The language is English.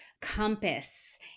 compass